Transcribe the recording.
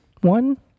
one